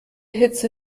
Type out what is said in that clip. hitze